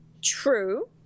true